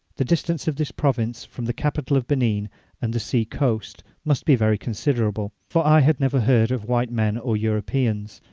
the distance of this province from the capital of benin and the sea coast must be very considerable for i had never heard of white men or europeans,